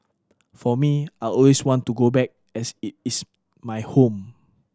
for me I always want to go back as it is my home